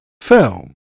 film